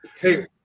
Hey